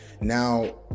Now